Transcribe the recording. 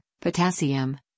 potassium